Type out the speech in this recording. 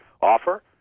offer